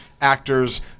actors